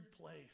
place